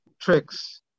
tricks